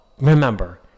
remember